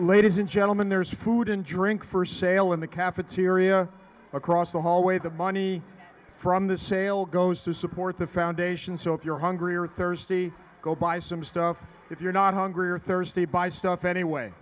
ladies and gentlemen there's food and drink for sale in the cafeteria across the hallway the money from the sale goes to support the foundation so if you're hungry or thirsty go buy some stuff if you're not hungry or thirsty buy stuff anyway